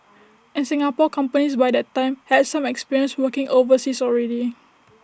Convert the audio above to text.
and Singapore companies by that time had some experience working overseas already